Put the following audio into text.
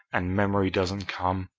and memory doesn't come?